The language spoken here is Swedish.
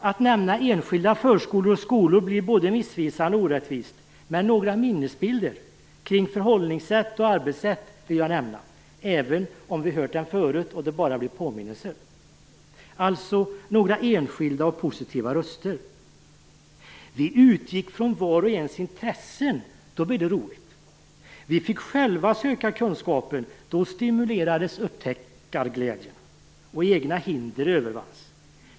Att nämna enskilda förskolor och skolor blir både missvisande och orättvist. Men jag vill nämna några minnesbilder av förhållningssätt och arbetssätt, även om vi hört dem förut och det bara blir påminnelser. Detta är alltså några enskilda positiva röster. Vi utgick från vars och ens intressen, då blev det roligt. Vi fick själva söka kunskapen, då stimulerades upptäckarglädjen och egna hinder övervanns.